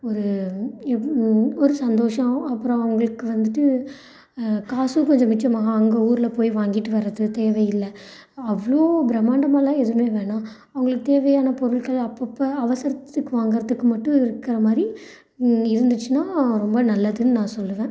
ஒரு ஒரு சந்தோஷம் அப்புறம் அவங்களுக்கு வந்துட்டு காசும் கொஞ்சம் மிச்சமாகும் அங்கே ஊரில் போய் வாங்கிட்டு வரது தேவையில்லை அவ்வளோ பிரம்மாண்டமாலாம் எதுவுமே வேணாம் அவங்களுக்கு தேவையான பொருட்கள் அப்பப்போ அவசரத்துக்கு வாங்குறதுக்கு மட்டும் இருக்கிற மாதிரி இருந்திச்சுனா ரொம்ப நல்லதுன்னு நான் சொல்லுவேன்